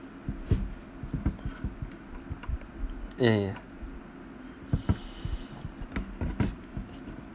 ya ya